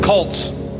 cults